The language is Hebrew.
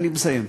אני מסיים.